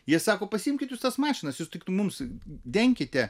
jie sako pasiimkit jūs tas mašinas jūs tik mums denkite